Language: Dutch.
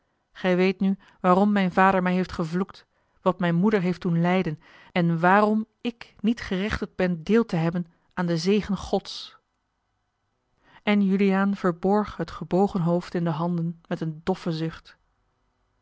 gij weet nu waarom mijn vader mij heeft gevloekt wat mijne moeder heeft doen lijden en waarom ik niet gerechtigd ben deel te hebben aan den zegen gods en juliaan verborg het gebogen hoofd en de handen met een doffen zucht